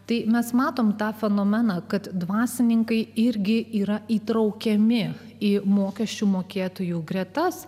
tai mes matome tą fenomeną kad dvasininkai irgi yra įtraukiami į mokesčių mokėtojų gretas